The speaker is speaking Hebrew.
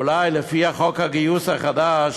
אולי, לפי חוק הגיוס החדש,